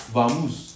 Vamos